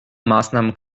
maßnahmen